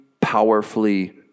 powerfully